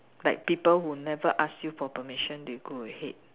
like people who never ask you for permission they go ahead